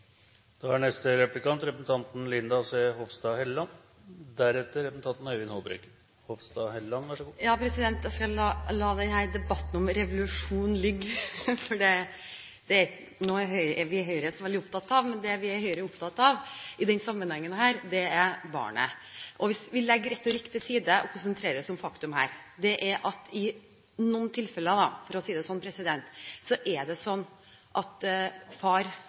Jeg skal la denne debatten om revolusjon ligge, for det er ikke noe vi i Høyre er så veldig opptatt av. Det vi i Høyre er opptatt av i denne sammenhengen, er barnet. Hvis vi legger retorikk til side og konsentrerer oss om faktum, er det i noen tilfeller sånn – for å si det på den måten – at far ikke har mulighet til å ta ut den fulle permisjonslengden, og så mister da familien den permisjonstiden. Det er et faktum. Det